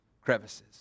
crevices